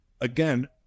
again